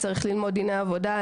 מטופל סיעודי צריך ללמוד דיני עבודה,